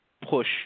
push